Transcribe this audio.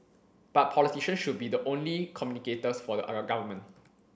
but politicians should be the only communicators for the government